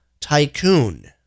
tycoon